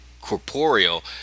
corporeal